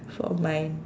for mine